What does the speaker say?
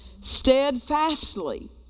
steadfastly